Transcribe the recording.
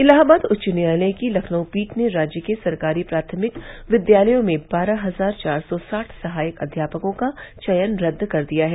इलाहाबाद उच्च न्यायालय की लखनऊ पीठ ने राज्य के सरकारी प्राथमिक विद्यालयों में बारह हजार चार सौ साठ सहायक अध्यापकों का चयन रद्द कर दिया है